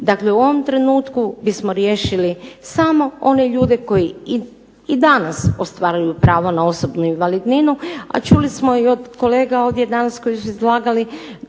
Dakle, u ovom trenutku bismo riješili samo one ljude koji i danas ostvaruju prava na osobnu invalidninu a čuli smo i od kolega ovdje danas koji su izlagali